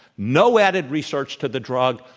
no added research to the drug.